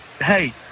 hey